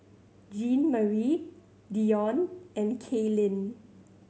Jeanmarie Dione and Kailyn